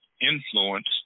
influence